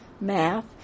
math